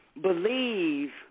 believe